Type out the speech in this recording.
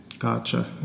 Gotcha